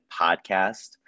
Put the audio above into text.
podcast